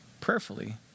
prayerfully